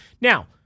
Now